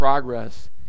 progress